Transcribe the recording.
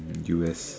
U_S